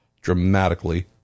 dramatically